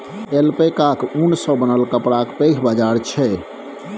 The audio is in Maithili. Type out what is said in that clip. ऐल्पैकाक ऊन सँ बनल कपड़ाक पैघ बाजार छै